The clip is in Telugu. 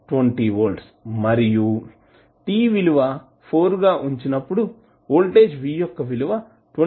అనగా 20 వోల్ట్స్ మరియు t విలువ 4 గా ఉంచినప్పుడు వోల్టేజ్ v యొక్క విలువ 27